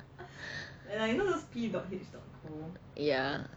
ya